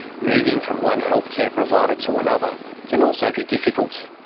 moving from one healthcare provider to another can also be difficult.